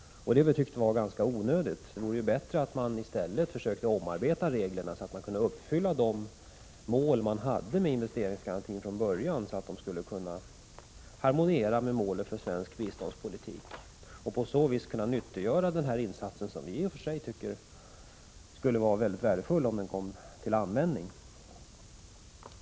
Det anser vi vara onödigt och tycker att det vore bättre att i stället omarbeta reglerna så att de uppfyller de mål som från början sattes upp för investeringsgarantierna och så att de harmonierar med målet för svensk biståndspolitik. På så vis skulle insatsen kunna nyttiggöras; den vore i och för sig värdefull om den kom till användning.